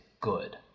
good